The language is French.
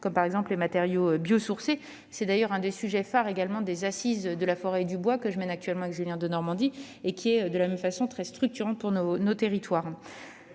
comme les matériaux biosourcés. C'est d'ailleurs un des sujets phares des Assises de la forêt et du bois, que je mène actuellement avec Julien Denormandie. Il s'agit d'une activité très structurante pour nos territoires.